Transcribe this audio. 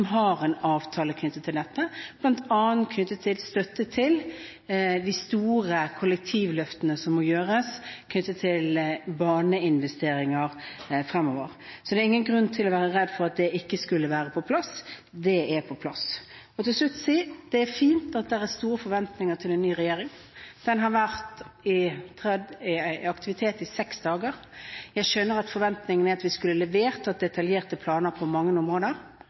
har en avtale knyttet til dette, bl.a. i forbindelse med støtte til de store kollektivløftene som må gjøres knyttet til baneinvesteringer fremover. Så det er ingen grunn til å være redd for at det ikke skulle være på plass – det er på plass. Så vil jeg til slutt si: Det er fint at det er store forventninger til en ny regjering. Den har vært i aktivitet i seks dager. Jeg skjønner at forventningene er at vi skulle ha levert, at vi skulle hatt detaljerte planer på mange områder,